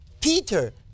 Peter